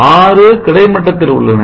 6 கிடைமட்டத்தில் உள்ளன